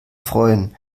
freuen